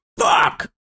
Fuck